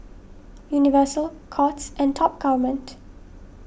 Universal Courts and Top Gourmet